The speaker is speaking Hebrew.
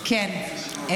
כן.